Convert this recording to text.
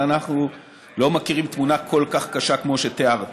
אבל אנחנו לא מכירים תמונה כל כך קשה כמו שתיארת.